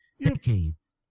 decades